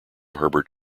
herbert